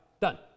Done